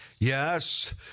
Yes